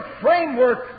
framework